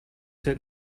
sit